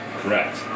Correct